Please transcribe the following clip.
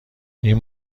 این